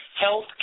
Health